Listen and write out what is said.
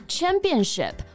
Championship